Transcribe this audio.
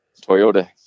Toyota